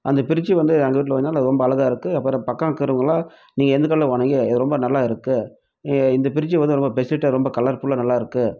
அந்த ஃபிரிட்ஜ் வந்து எங்கள் வீட்டில ரொம்ப அழகாக இருக்குது அப்புறம் பக்கம் இருக்குறவங்கள்லாம் நீங்கள் எந்த கடையில் வாங்குனீங்கள் இது ரொம்ப நல்லா இருக்குது இந்த ஃபிரிட்ஜ் வந்து ரொம்ப ஸ்பெசிஃபிக்காக ரொம்ப கலர்ஃபுல்லாக நல்லா இருக்குது